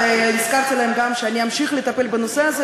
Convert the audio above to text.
והזכרתי להם גם שאני אמשיך לטפל בנושא הזה,